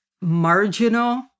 marginal